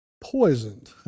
poisoned